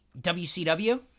WCW